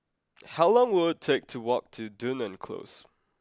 how long will it take to walk to Dunearn Close